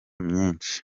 myinshi